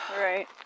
Right